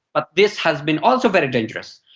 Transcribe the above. but this has been also very dangerous.